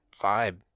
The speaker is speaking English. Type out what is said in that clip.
vibe